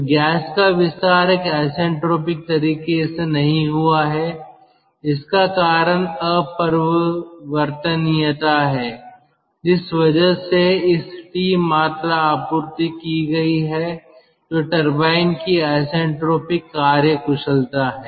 तो गैस का विस्तार एक आइसेंट्रोपिक तरीके से नहीं हुआ है इसका कारण अपरिवर्तनीयता है जिस वजह से इस T मात्रा आपूर्ति की गई है जो टरबाइन की आईसेंट्रोपिक कार्यकुशलता है